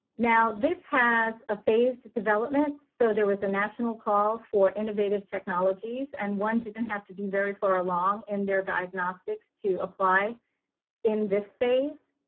now this has a phased development, so there was a national call for innovative te. and one didn't have to be very far along in their diagnostic to apply in this phase.